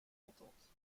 entente